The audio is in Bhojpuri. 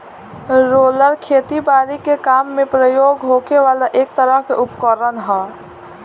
रोलर खेती बारी के काम में प्रयोग होखे वाला एक तरह के उपकरण ह